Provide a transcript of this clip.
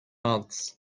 months